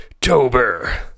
tober